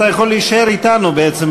אתה יכול להישאר אתנו בעצם,